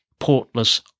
portless